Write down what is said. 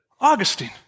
Augustine